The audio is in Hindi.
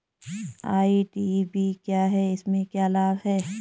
आई.डी.वी क्या है इसमें क्या लाभ है?